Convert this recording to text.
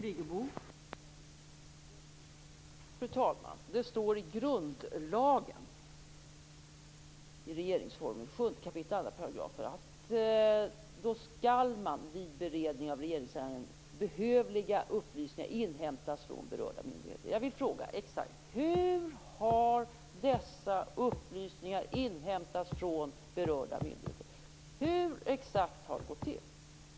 Fru talman! Det står i grundlagen, i regeringsformen 7 kap. 2 §, att vid beredning av regeringsärende skall behövliga upplysningar inhämtas från berörda myndigheter. Jag vill då fråga: Exakt hur har dessa upplysningar inhämtats från berörda myndigheter? Hur har det gått till?